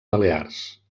balears